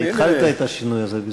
אתה התחלת את השינוי הזה בזמנו.